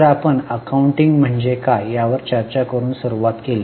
तर आपण अकाउंटिंग म्हणजे काय यावर चर्चा करून सुरुवात केली